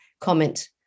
comment